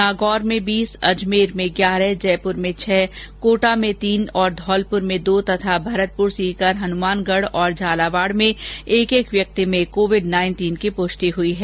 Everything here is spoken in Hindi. नागौर में बीस अजमेर में ग्यारह जयपुर में छह कोटा में तीन और धौलपुर में दो तथा भरतपुर सीकर हनुमानगढ़ और झालावाड़ में एक एक व्यक्ति में कोरोना वायरस की पुष्टि हुई है